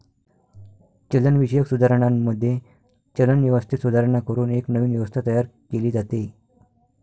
चलनविषयक सुधारणांमध्ये, चलन व्यवस्थेत सुधारणा करून एक नवीन व्यवस्था तयार केली जाते